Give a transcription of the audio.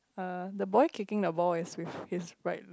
uh the boy kicking the ball is with his right leg